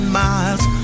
miles